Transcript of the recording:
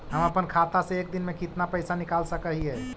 हम अपन खाता से एक दिन में कितना पैसा निकाल सक हिय?